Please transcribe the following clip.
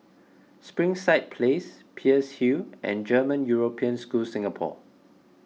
Springside Place Peirce Hill and German European School Singapore